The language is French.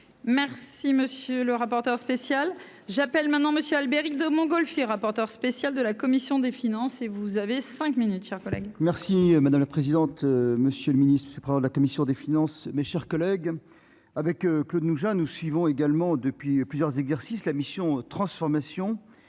Merci, monsieur le rapporteur spécial j'appelle maintenant Monsieur Albéric de Montgolfier, rapporteur spécial de la commission des finances, et vous avez 5 minutes chers collègues. Merci madame la présidente, monsieur le Ministre, c'est de la commission des finances, mes chers collègues, avec Claude nous a, nous suivons également depuis plusieurs exercices, la mission transformation